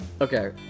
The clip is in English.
Okay